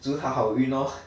祝他好运 lor